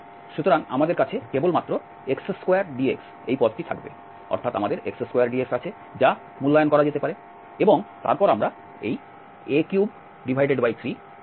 সুতরাং আমাদের কাছে কেবলমাত্র x2dx পদটি থাকবে অর্থাৎ আমাদের x2dx আছে যা মূল্যায়ন করা যেতে পারে এবং তারপর আমরা এই a33 পাব